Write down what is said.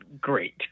Great